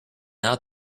out